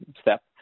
step